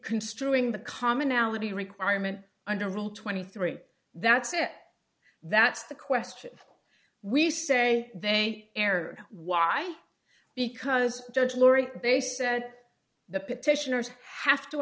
construing the commonality requirement under rule twenty three that's it that's the question we say they erred why because judge laurie they said the petitioners have to